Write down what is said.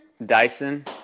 Dyson